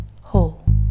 whole